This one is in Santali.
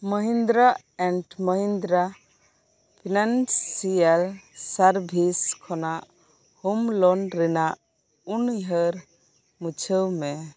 Mahindra and Mahindra financial services ᱠᱷᱚᱱᱟᱜ ᱦᱳᱢ ᱞᱳᱱ ᱨᱮᱱᱟᱜ ᱩᱱᱩᱭᱦᱟᱹᱨ ᱢᱩᱪᱷᱟᱹᱣ ᱢᱮ